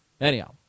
Anyhow